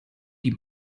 die